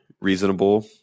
reasonable